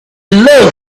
love